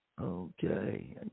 Okay